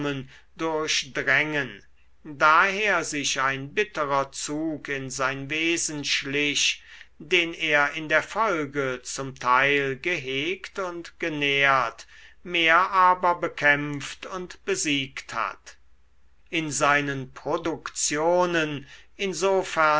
durchdrängen daher sich ein bitterer zug in sein wesen schlich den er in der folge zum teil gehegt und genährt mehr aber bekämpft und besiegt hat in seinen produktionen insofern